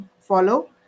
follow